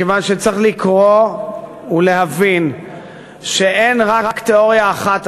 מכיוון שצריך לקרוא ולהבין שאין רק תיאוריה אחת,